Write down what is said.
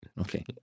okay